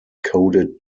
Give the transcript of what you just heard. coded